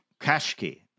Kashki